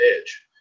Edge